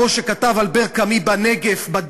כמו שכתב אלבר קאמי ב"הדֶבֶר".